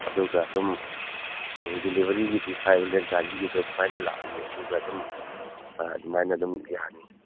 ꯑꯗꯨꯒ ꯑꯗꯨꯝ ꯗꯤꯂꯤꯕꯔꯤꯒꯤꯗꯤ ꯐꯥꯏꯕ ꯍꯟꯗ꯭ꯔꯦꯗ ꯒꯥꯔꯤꯒꯤꯗꯣ ꯑꯗꯨꯃꯥꯏꯅ ꯂꯥꯛꯂꯅꯤ ꯑꯗꯨꯒ ꯑꯗꯨꯝ ꯑꯗꯨꯃꯥꯏꯅ ꯑꯗꯨꯝ ꯌꯥꯅꯤ